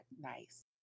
nice